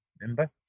remember